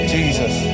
Jesus